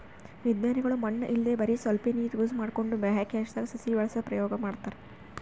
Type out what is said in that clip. ವಿಜ್ಞಾನಿಗೊಳ್ ಮಣ್ಣ್ ಇಲ್ದೆ ಬರಿ ಸ್ವಲ್ಪೇ ನೀರ್ ಯೂಸ್ ಮಾಡ್ಕೊಂಡು ಬಾಹ್ಯಾಕಾಶ್ದಾಗ್ ಸಸಿ ಬೆಳಸದು ಪ್ರಯೋಗ್ ಮಾಡ್ತಾರಾ